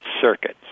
circuits